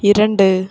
இரண்டு